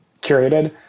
curated